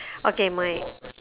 okay my